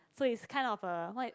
so it's kind of a what